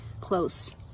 close